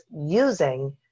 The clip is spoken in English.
using